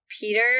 peter